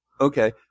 Okay